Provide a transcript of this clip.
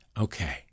Okay